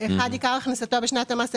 עכשיו אין דבר כזה.